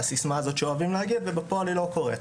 הסיסמה שאוהבים להגיד ובפועל היא לא קורית.